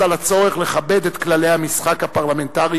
על הצורך לכבד את כללי המשחק הפרלמנטריים,